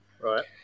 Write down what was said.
Right